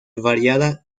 variada